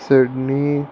Sydney